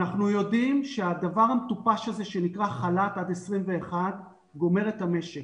אנחנו יודעים שהדבר המטופש הזה שנקרא חל"ת עד 21' גומר את המשק